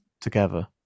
together